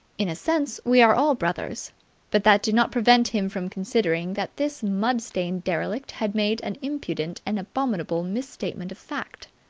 in a sense, we are all brothers but that did not prevent him from considering that this mud-stained derelict had made an impudent and abominable mis-statement of fact.